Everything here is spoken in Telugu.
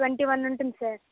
ట్వెంటీ వన్ ఉంటుంది సార్